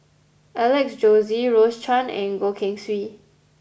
Alex Josey Rose Chan and Goh Keng Swee